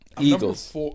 Eagles